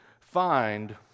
find